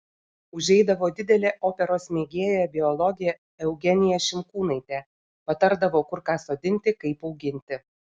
užeidavo didelė operos mėgėja biologė eugenija šimkūnaitė patardavo kur ką sodinti kaip auginti